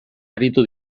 aritu